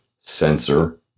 Sensor